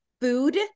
food